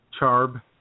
Charb